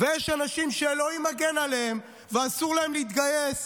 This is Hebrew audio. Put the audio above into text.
ויש אנשים שאלוהים מגן עליהם ואסור להם להתגייס,